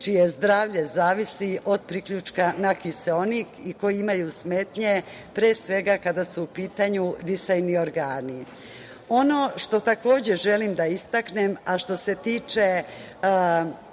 čije zdravlje zavisi od priključka na kiseonik i koji imaju smetnje, pre svega kada su u pitanju disajni organi. Ono što želim da istaknem, a što se tiče